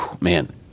Man